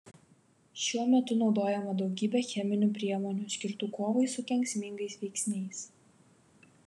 šiuo metu naudojama daugybė cheminių priemonių skirtų kovai su kenksmingais veiksniais